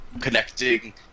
connecting